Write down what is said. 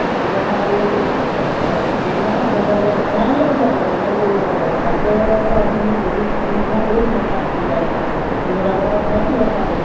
ত' এইটো কাৰণে আৰু অঁ সেইটো কাৰণে আঠাইছ হাজাৰ টকা লৈছোঁ কমাই মেলিয়ে কৈছোঁ আপোনাক এনেই আৰু তাতকৈতো আমি এনেই পঁইত্ৰিছ ত্ৰিছ মই ক'লোৱেইচোন আপোনাক ত্ৰিছ হাজাৰ টকা দুহেজাৰ টকা এটা কমাই দিছোঁ আপোনাক আৰু